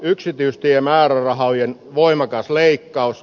yksityistiemäärärahojen voimakas leikkaus